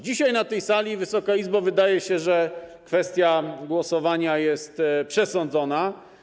Dzisiaj na tej sali, Wysoka Izbo, wydaje się, kwestia głosowania jest przesądzona.